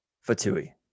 Fatui